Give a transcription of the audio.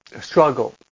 struggle